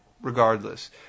Regardless